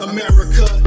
America